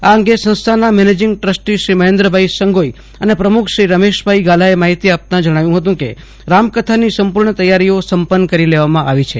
આં અંગે સંસ્થાના મેનેજીગ ટ્રસ્ટી શ્રી મહેન્દ્રભાઈ સંગોઇ અને પ્રમુખ શ્રી રમેશભાઈ ગાલાએ માહિતી આપતા જણાવ્યું હતું કે રામકથા ની સંપૂર્ણ તૈયારી ઓ સપન્ન કરી લેવામાં આવી છે